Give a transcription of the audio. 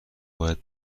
باید